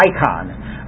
icon